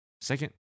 Second